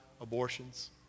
abortions